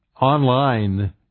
online